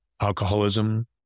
alcoholism